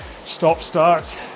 stop-start